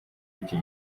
y’icyo